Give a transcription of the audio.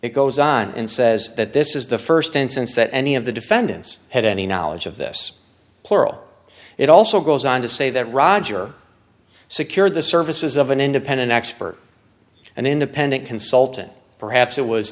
it goes on and says that this is the st instance that any of the defendants had any knowledge of this plural it also goes on to say that roger secured the services of an independent expert an independent consultant perhaps it was